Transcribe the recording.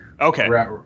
Okay